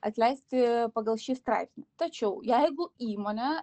atleisti pagal šį straipsnį tačiau jeigu įmonė